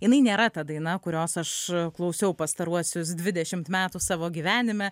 jinai nėra ta daina kurios aš klausiau pastaruosius dvidešimt metų savo gyvenime